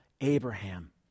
Abraham